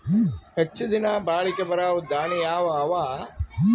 ಹೆಚ್ಚ ದಿನಾ ಬಾಳಿಕೆ ಬರಾವ ದಾಣಿಯಾವ ಅವಾ?